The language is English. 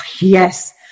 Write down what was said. Yes